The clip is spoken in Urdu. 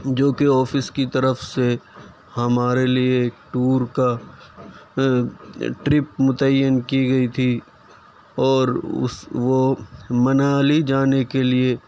جو کہ آفِس کی طرف سے ہمارے لیے ٹور کا ٹرپ متعین کی گئی تھی اور اُس وہ منالی جانے کے لیے